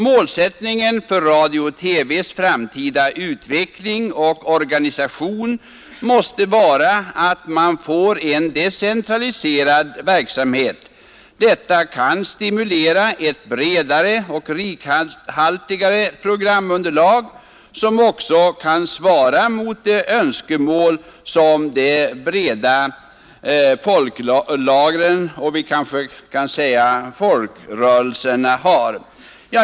Målsättningen för radio-TV:s framtida utveckling och organisation måste vara att man får en decentraliserad verksamhet. Den kan stimulera ett bredare och rikhaltigare programunderlag, som också kan svara mot de önskemål som de breda folklagren — och kanske folkrörelserna — har.